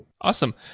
Awesome